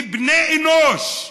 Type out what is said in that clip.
כבני אנוש,